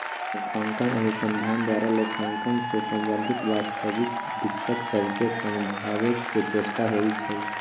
लेखांकन अनुसंधान द्वारा लेखांकन से संबंधित वास्तविक दिक्कत सभके समझाबे के चेष्टा होइ छइ